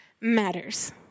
matters